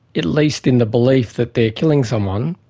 at least in the belief that they're killing someone,